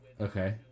okay